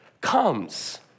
comes